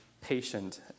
patient